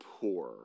poor